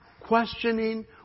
Questioning